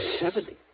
Seventy